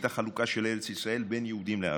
החלוקה של ארץ ישראל בין יהודים לערבים.